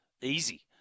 easy